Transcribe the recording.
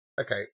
Okay